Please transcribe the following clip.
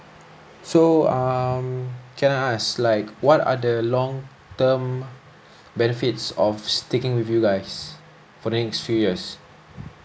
so um can I ask like what are the long term benefits of sticking with you guys for the next few years